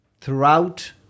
throughout